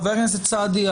חבר הכנסת סעדי,